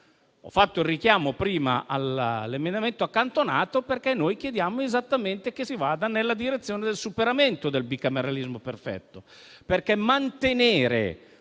Ho richiamato prima l'emendamento accantonato 01.1 perché noi chiediamo esattamente che si vada nella direzione del superamento del bicameralismo perfetto.